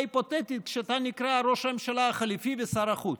היפותטית כשאתה נקרא ראש הממשלה החליפי ושר החוץ?